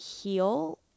heal